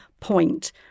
point